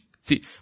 See